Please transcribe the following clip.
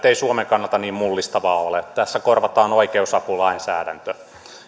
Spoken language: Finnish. ei suomen kannalta niin mullistava ole tässä korvataan oikeusapulainsäädäntö ja tämä